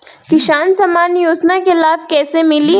किसान सम्मान योजना के लाभ कैसे मिली?